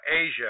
Asia